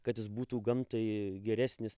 kad jis būtų gamtai geresnis